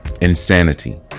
insanity